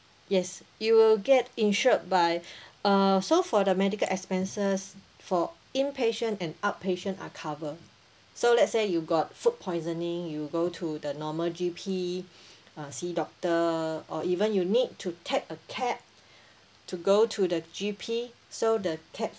yes you will get insured by uh so for the medical expenses for inpatient and outpatient are cover so let's say you got food poisoning you go to the normal G_P uh see doctor or even you need to take a cab to go to the G_P so the cab